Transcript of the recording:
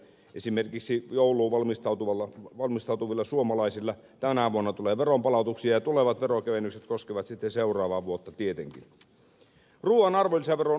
esimerkiksi jouluun valmistautuville suomalaisille tänä vuonna tulee veronpalautuksia ja tulevat veronkevennykset koskevat sitten seuraavaa vuotta tietenkin